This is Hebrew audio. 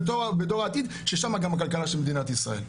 בדור העתיד ששם גם הכלכלה של מדינת ישראל.